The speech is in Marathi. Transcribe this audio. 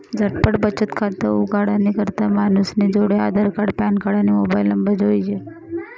झटपट बचत खातं उघाडानी करता मानूसनी जोडे आधारकार्ड, पॅनकार्ड, आणि मोबाईल नंबर जोइजे